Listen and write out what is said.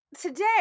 Today